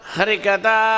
Harikata